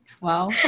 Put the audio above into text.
Wow